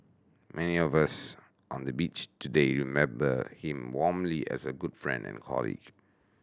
many of us on the Bench today remember him warmly as a good friend and colleague